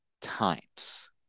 times